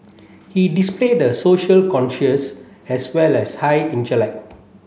he displayed a social conscience as well as high intellect